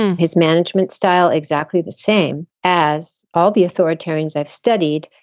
his management style, exactly the same as all the authoritarians i've studied.